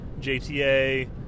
JTA